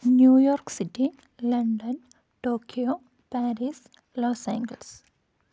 New York city London Tokyo Paris Los Angeles